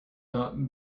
not